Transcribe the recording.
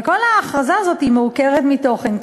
אבל כל ההכרזה הזאת מעוקרת מתוכן,